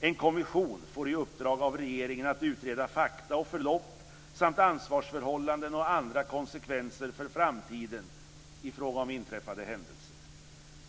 En kommission får i uppdrag av regeringen att utreda fakta och förlopp samt ansvarsförhållanden och andra konsekvenser för framtiden i fråga om inträffade händelser.